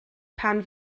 pan